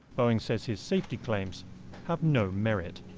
boeing says his safety claims have no merit.